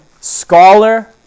scholar